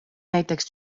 näiteks